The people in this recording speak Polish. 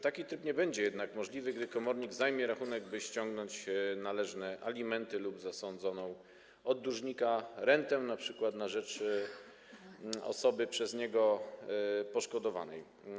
Taki tryb nie będzie jednak możliwy, gdy komornik zajmie rachunek, by ściągnąć należne alimenty lub zasądzoną od dłużnika rentę, np. na rzecz osoby przez niego poszkodowanej.